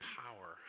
power